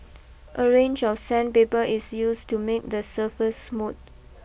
a range of sandpaper is used to make the surface smooth